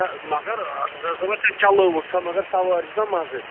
ہے مگر حسنین صٲباہ ژےٚ چَلٲوتھ سۄ مگر سوارِ دیُتا مَزٕ